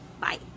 Bye